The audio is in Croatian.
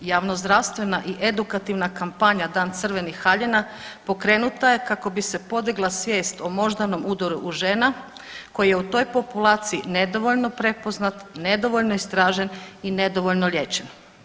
Javno-zdravstvena i edukativna kampanja Dan crvenih haljina pokrenuta je kako bi se podigla svijest o moždanom udaru u žena koji je u toj populaciji nedovoljno prepoznat, nedovoljno istražen i nedovoljno liječen.